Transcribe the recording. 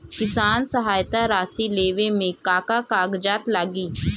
किसान सहायता राशि लेवे में का का कागजात लागी?